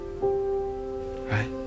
Right